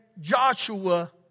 Joshua